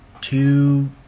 two